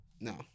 No